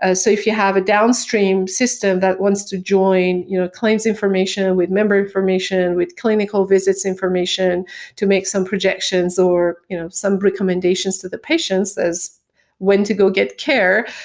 so if you have a downstream system that wants to join you know claims information, with member information, with clinical visits information to make some projections or you know some recommendations to the patience as when to go get care,